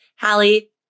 Hallie